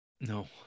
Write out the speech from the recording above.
No